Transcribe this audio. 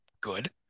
good